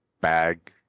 bag